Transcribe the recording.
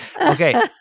Okay